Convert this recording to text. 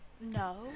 no